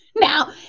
Now